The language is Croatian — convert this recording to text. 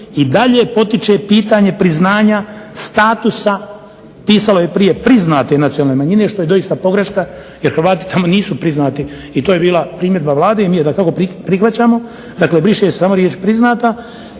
i dalje potiče pitanje priznanja statusa", pisalo je prije priznate nacionalne manjine što je doista pogreška jer Hrvati tamo nisu priznati i to je bila primjedba Vlade i mi je dakako prihvaćamo. Dakle, briše se samo riječ priznata.